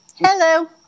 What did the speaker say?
Hello